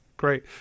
great